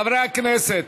חברי הכנסת,